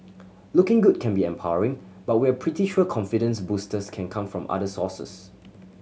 looking good can be empowering but we're pretty sure confidence boosters can come from other sources